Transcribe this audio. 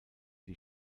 die